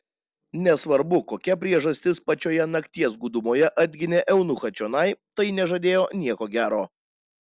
nesvarbu kokia priežastis pačioje nakties gūdumoje atginė eunuchą čionai tai nežadėjo nieko gero